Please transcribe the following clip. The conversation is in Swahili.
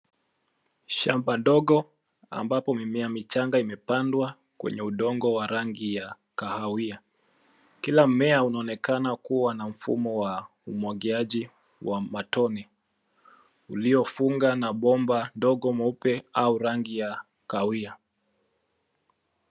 Shamba dogo ambapo mimea michanga imepandwa kwenye udongo wa rangi ya kahawia. Kila mmea unaonekana kuwa na mfumo wa umwagiliaji wa matone, uliofungwa na bomba dogo mweupe au rangi ya kahawia.